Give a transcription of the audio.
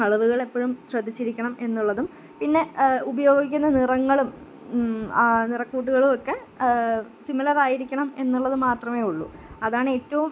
അളവുകളെപ്പോഴും ശ്രദ്ധിച്ചിരിക്കണം എന്നുള്ളതും പിന്നെ ഉപയോഗിക്കുന്ന നിറങ്ങളും നിറക്കൂട്ടുകളുമൊക്കെ സിമിലറായിരിക്കണം എന്നുള്ളത് മാത്രമെ ഉള്ളു അതാണ് ഏറ്റവും